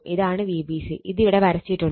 ഇതാണ് Vbc ഇതിവിടെ വരച്ചിട്ടുണ്ട്